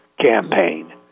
campaign